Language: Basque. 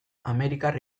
amerikar